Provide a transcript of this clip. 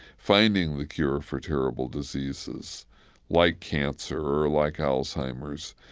finding the cure for terrible diseases like cancer or like alzheimer's,